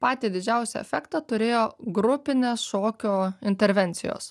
patį didžiausią efektą turėjo grupinės šokio intervencijos